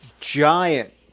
giant